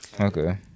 Okay